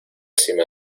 cima